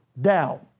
down